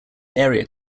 area